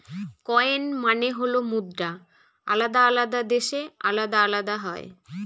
coin মানে হল মুদ্রা আলাদা আলাদা দেশে আলাদা আলাদা হয়